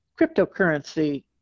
cryptocurrency